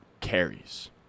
carries